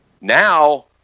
Now